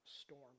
storm